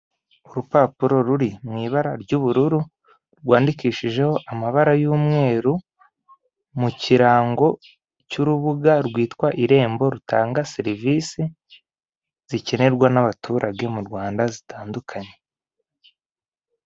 Urupapuro ruri mu ibara ry'ubururu, rwandikishijeho amabara y'umweru, mu kirango cy'urubuga rwitwa irembo rutanga serivisi, zikenerwa n'abaturage mu Rwanda zitandukanye.